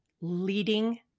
leading